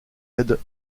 aide